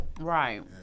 Right